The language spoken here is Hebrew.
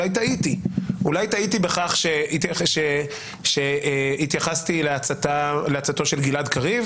אולי טעיתי בכך שהתייחסתי לעצתו של גלעד קריב